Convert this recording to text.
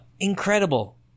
incredible